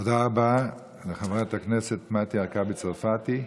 תודה רבה לחברת הכנסת מטי הרכבי צרפתי.